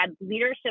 leadership